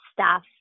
staff